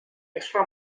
extra